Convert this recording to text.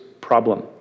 problem